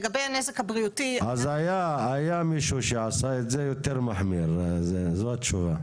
אז היה מישהו שעשה את זה יותר מחמיר, זאת התשובה.